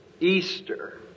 Easter